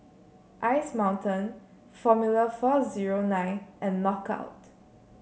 Ice Mountain Formula four zero nine and Knockout